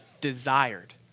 desired